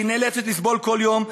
שהיא נאלצת לסבול כל יום,